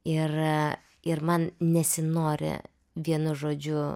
ir ir man nesinori vienu žodžiu